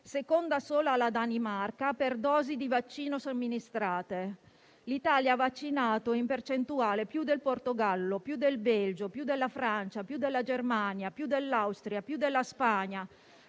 seconda solo alla Danimarca, per dosi di vaccino somministrate. L'Italia ha vaccinato in percentuale più del Portogallo, più del Belgio, più della Francia, più della Germania, più dell'Austria, più della Spagna,